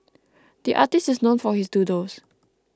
the artist is known for his doodles